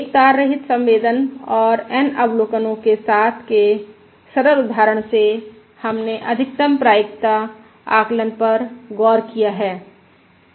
एक तार रहित संवेदन और N अवलोकनों के साथ के सरल उदाहरण से हमने अधिकतम प्रायिकता आकलन पर गौर किया है